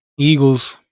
Eagles